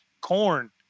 corn